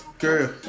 girl